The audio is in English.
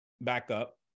backup